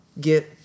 get